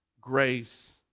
grace